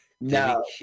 no